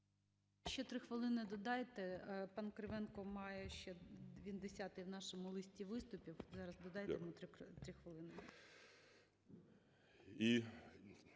Ще 3 хвилини додайте, пан Кривенко має ще, він десятий в нашому листі виступів, зараз додайте йому 3 хвилини.